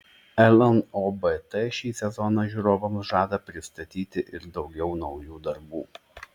lnobt šį sezoną žiūrovams žada pristatyti ir daugiau naujų darbų